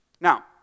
Now